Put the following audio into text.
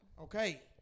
Okay